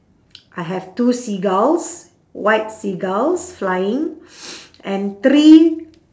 I have two seagulls white seagulls flying and three